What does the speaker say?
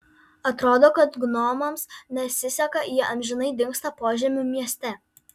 atrodo kad gnomams nesiseka jie amžinai dingsta požemių mieste